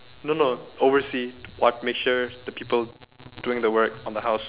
no no oversee what make sure the people doing the work on the house